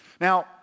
Now